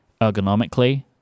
Ergonomically